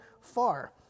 far